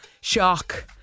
shock